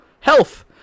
health